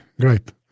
great